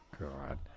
god